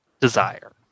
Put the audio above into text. desire